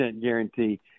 guarantee